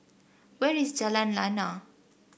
where is Jalan Lana